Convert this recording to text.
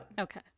Okay